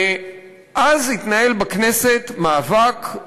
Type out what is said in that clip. אז התנהל בכנסת מאבק,